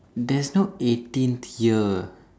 there's no eighteen tier